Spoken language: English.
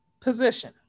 position